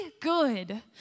good